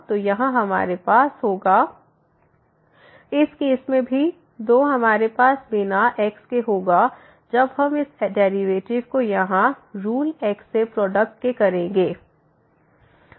तो यहाँ हमारे पास होगा 22x 6xx 6xx 6x2cos x cos x इस केस में भी 2 हमारे पास बिना x के होगा जब हम इस डेरिवेटिव को यहाँ रूल x से प्रोडक्ट के करेंगे